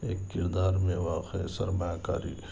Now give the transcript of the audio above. ایک کردار میں واقع سرمایہ کاری